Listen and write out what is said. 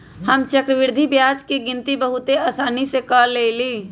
हम चक्रवृद्धि ब्याज के गिनति बहुते असानी से क लेईले